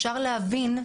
אפשר להבין,